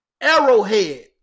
arrowhead